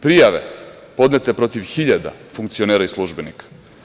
Prijave podnete protiv hiljada funkcionera i službenika.